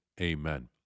Amen